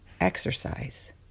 exercise